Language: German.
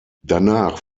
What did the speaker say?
danach